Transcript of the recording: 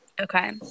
Okay